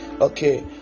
okay